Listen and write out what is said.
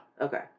okay